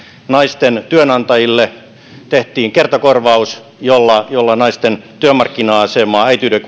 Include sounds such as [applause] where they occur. naisten työnantajille tehtiin kertakorvaus jolla pyrittiin naisten työmarkkina asemaa parantamaan äitiyden [unintelligible]